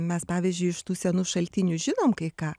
mes pavyzdžiui iš tų senų šaltinių žinom kai ką